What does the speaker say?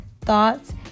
thoughts